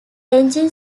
engine